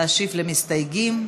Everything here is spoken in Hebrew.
להשיב למסתייגים.